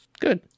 good